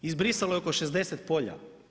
Izbrisalo je oko 60 polja.